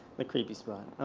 that creepy spot.